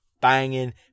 banging